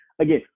Again